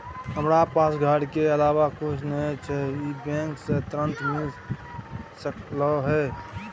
हमरा पास घर के अलावा कुछ नय छै ई बैंक स ऋण मिल सकलउ हैं?